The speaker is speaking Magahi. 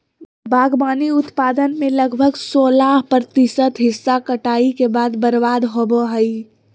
बागवानी उत्पादन में लगभग सोलाह प्रतिशत हिस्सा कटाई के बाद बर्बाद होबो हइ